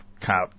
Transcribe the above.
cop